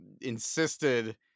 insisted